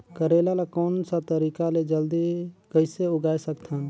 करेला ला कोन सा तरीका ले जल्दी कइसे उगाय सकथन?